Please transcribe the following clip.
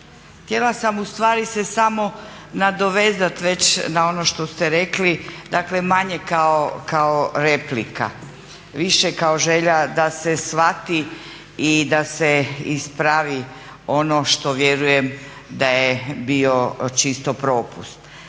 htjela sam u stvari se samo nadovezati već na ono što ste rekli, dakle manje kao replika, više kao želja da se shvati i da se ispravi ono što vjerujem da je bio čisto propust.